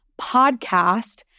PODCAST